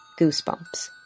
goosebumps